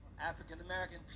African-American